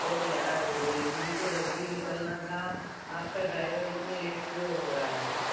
और ग्यारह बज रही हैं हमको जल्दी निकलना था आपका ड्राइवर इतनी लेट क्यों हो रहा है